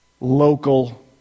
local